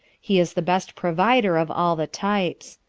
he is the best provider of all the types.